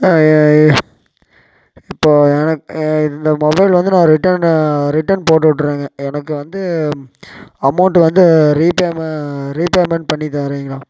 இப்போது எனக்கு இந்த மொபைல் வந்து நான் ரிட்டன் ரிட்டன் போட்டுவுட்டுருங்க எனக்கு வந்து அமௌண்ட்டு வந்து ரீபேமெ ரீபேமெண்ட் பண்ணி தரீங்களா